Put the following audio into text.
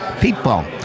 people